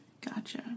Gotcha